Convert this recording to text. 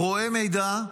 רואה מידע,